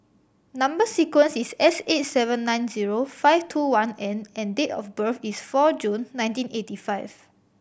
number sequence is S eight seven nine zero five two one N and date of birth is four June nineteen eighty five